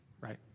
right